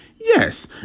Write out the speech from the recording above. yes